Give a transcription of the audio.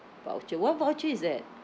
voucher what voucher is that